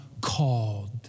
called